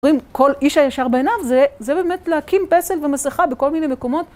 רואים? כל איש הישר בעיניו זה באמת להקים פסל ומסכה בכל מיני מקומות.